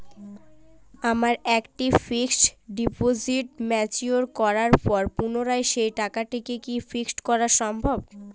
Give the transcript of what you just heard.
আমার একটি fixed deposit mature করার পর পুনরায় সেই টাকাটিকে কি ফিক্সড করা সম্ভব?